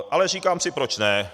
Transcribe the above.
Ale říkám si: proč ne?